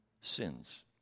sins